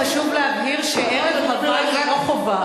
חשוב להבהיר שערב הווי זה לא חובה.